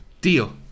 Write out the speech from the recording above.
Deal